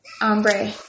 Ombre